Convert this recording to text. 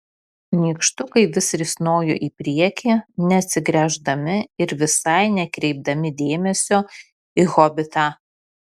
nykštukai vis risnojo į priekį neatsigręždami ir visai nekreipdami dėmesio į hobitą